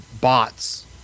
bots